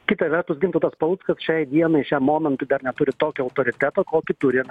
kita vertus gintautas paluckas šiai dienai šiam momentui dar neturi tokio autoriteto kokį turi